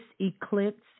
eclipse